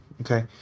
okay